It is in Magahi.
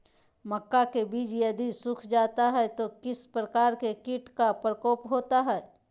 मक्का के बिज यदि सुख जाता है तो किस प्रकार के कीट का प्रकोप होता है?